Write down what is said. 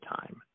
time